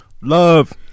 love